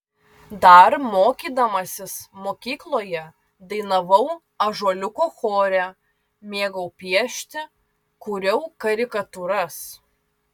dar mokydamasis mokykloje dainavau ąžuoliuko chore mėgau piešti kūriau karikatūras